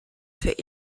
für